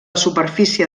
superfície